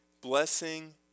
blessing